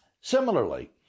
Similarly